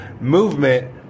movement